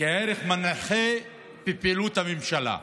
כערך מנחה בפעילות הממשלה.